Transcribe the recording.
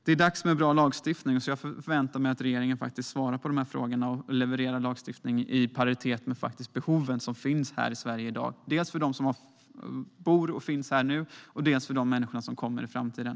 Det är dags för en bra lagstiftning, och jag förväntar mig att regeringen svarar på de här frågorna och levererar lagstiftning i paritet med behoven som finns här i Sverige i dag hos dem som bor här nu och hos dem som kommer i framtiden.